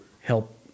help